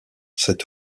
cet